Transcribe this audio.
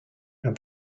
and